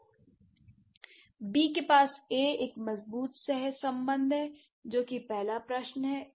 तो बी के पास ए एक मजबूत सहसंबंध है जो कि पहला प्रश्न है